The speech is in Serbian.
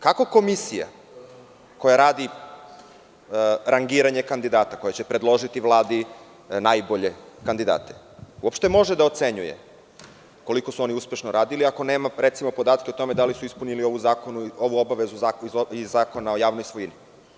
Kako komisija koja radi rangiranje kandidata koje će predložiti Vladi najbolje kandidate uopšte može da ocenjuje koliko su oni uspešno radili ako nema, recimo podatke o tome da li su ispunili ovu obavezu iz Zakona o javnoj svojini?